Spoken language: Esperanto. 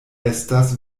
estas